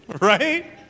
right